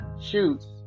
shoots